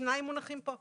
שניים מונחים פה בוועדה.